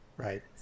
Right